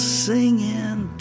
singing